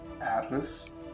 Atlas